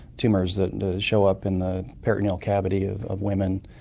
tumours that show up in the peroneal cavity of of women,